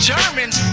Germans